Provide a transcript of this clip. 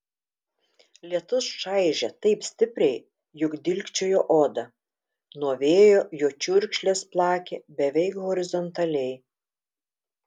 lietus čaižė taip stipriai jog dilgčiojo odą nuo vėjo jo čiurkšlės plakė beveik horizontaliai